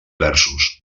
versos